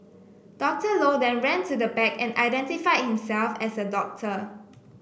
Dr Low then ran to the back and identified himself as a doctor